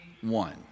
one